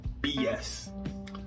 BS